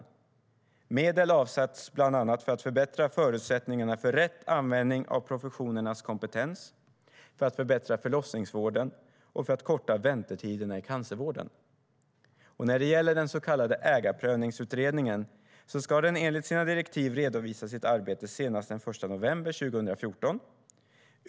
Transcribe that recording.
Medel avsätts bland annat för att förbättra förutsättningarna för rätt användning av professionernas kompetens, för att förbättra förlossningsvården och för att korta väntetiderna i cancervården. Ägarprövningsutredningen ska enligt sina direktiv redovisa sitt arbete senast den 1 november 2014.